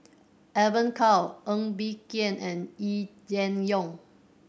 Evon Kow Ng Bee Kia and Yee Jenn Jong